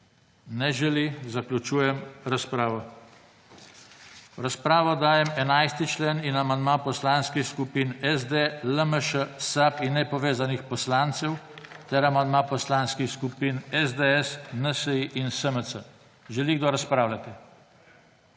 (Ne.) Zaključujem razpravo. V razpravo dajem 11. člen in amandma Poslanskih skupin SD, LMŠ, SAB in Nepovezanih poslancev ter amandma Poslanskih skupin SDS, NSi in SMC. Želi kdo razpravljati?